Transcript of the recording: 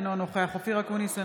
אינו נוכח אופיר אקוניס,